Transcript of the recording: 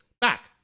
back